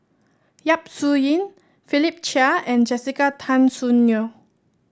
Yap Su Yin Philip Chia and Jessica Tan Soon Neo